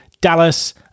Dallas